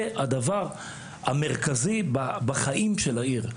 זה הדבר המרכזי בחיים של העיר,